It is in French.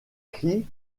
cri